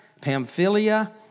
Pamphylia